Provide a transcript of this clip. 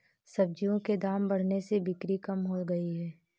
सब्जियों के दाम बढ़ने से बिक्री कम हो गयी है